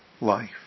life